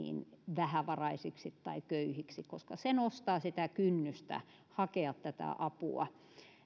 vähävaraisiksi tai köyhiksi koska se nostaa sitä kynnystä hakea tätä apua